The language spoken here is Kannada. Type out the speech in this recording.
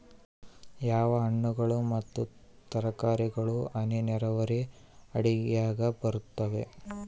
ಯಾವ ಹಣ್ಣುಗಳು ಮತ್ತು ತರಕಾರಿಗಳು ಹನಿ ನೇರಾವರಿ ಅಡಿಯಾಗ ಬರುತ್ತವೆ?